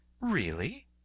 Really